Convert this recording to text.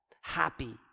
happy